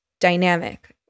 dynamic